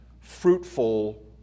fruitful